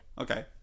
Okay